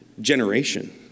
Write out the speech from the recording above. generation